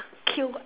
kill